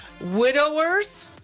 widowers